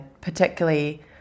particularly